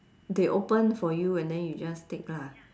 they open for you and then you just take lah